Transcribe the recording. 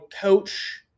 coach